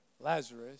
Lazarus